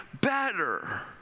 better